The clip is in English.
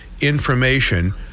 information